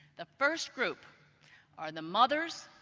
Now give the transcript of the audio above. the first group are the mothers,